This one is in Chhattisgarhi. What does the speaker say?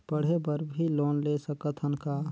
पढ़े बर भी लोन ले सकत हन का?